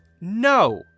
no